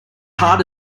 hard